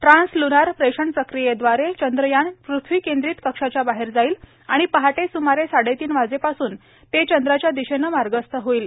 trans ल्नार प्रेषण प्रक्रियेद्वारे चंद्रयान पृथ्वीकेंद्रित कक्षाच्या बाहेर जाईल आणि पहाटे सुमारे साडेतीन वाजेपासून तो चंद्राच्या दिशेनं मार्गस्थ होईल